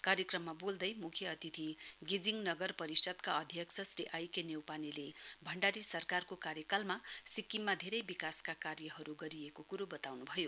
कार्यक्रममा बोल्दै म्ख्य अतिथि गेजिङ नगर परिषदका अध्यक्ष श्री आइके न्यौपानेल भण्डारी सरकारको कार्यकालमा सिक्किममा धेरै विकासका कार्यहरू गरिएको क्रो बताउन् भयो